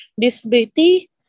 disability